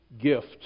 gift